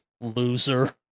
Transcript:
Loser